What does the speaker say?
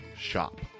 shop